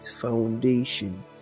foundation